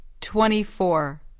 Twenty-four